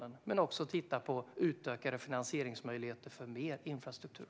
Men vi arbetar också med att se på utökade finansieringsmöjligheter för mer infrastruktur.